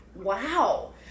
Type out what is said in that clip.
Wow